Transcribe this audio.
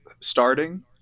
starting